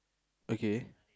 okay